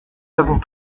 l’avons